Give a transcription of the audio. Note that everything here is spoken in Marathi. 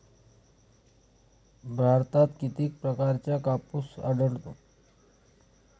भारतात किती प्रकारचा कापूस आढळतो?